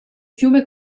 fiume